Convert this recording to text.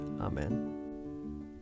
Amen